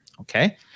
Okay